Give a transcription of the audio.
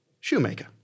shoemaker